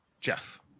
Jeff